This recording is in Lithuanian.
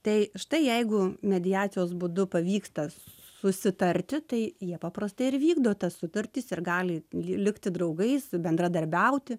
tai štai jeigu mediacijos būdu pavyksta susitarti tai jie paprastai ir vykdo tas sutartis ir gali likti draugais bendradarbiauti